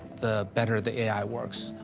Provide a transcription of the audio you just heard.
the better the a i. works.